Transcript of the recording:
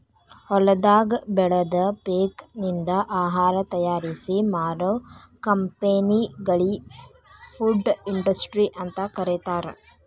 ಹೊಲದಾಗ ಬೆಳದ ಪೇಕನಿಂದ ಆಹಾರ ತಯಾರಿಸಿ ಮಾರೋ ಕಂಪೆನಿಗಳಿ ಫುಡ್ ಇಂಡಸ್ಟ್ರಿ ಅಂತ ಕರೇತಾರ